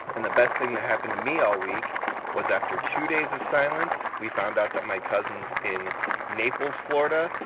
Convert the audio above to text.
and the best thing that happened to me all week was after two days of silence, we found out that my cousins in naples, fla, and